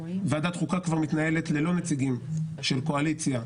ועדת חוקה מתנהלת ללא נציגים של קואליציה,